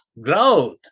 growth